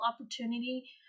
opportunity